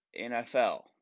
NFL